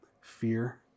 fear